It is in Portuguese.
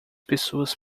pessoas